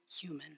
human